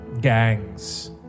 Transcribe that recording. gangs